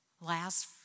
Last